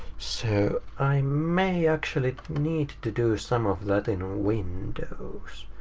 so i may actually need to do some of that in windows.